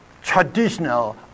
traditional